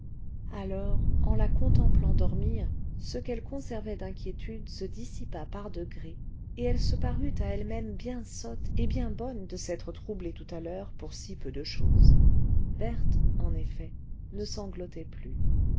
alors en la contemplant dormir ce qu'elle conservait d'inquiétude se dissipa par degrés et elle se parut à elle-même bien sotte et bien bonne de s'être troublée tout à l'heure pour si peu de chose berthe en effet ne sanglotait plus